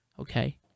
Okay